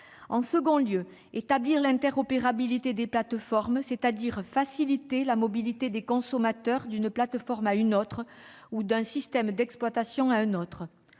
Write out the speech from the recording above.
en second lieu, à établir l'interopérabilité des plateformes, c'est-à-dire faciliter la mobilité des consommateurs d'une plateforme à une autre ou d'un système d'exploitation à un autre.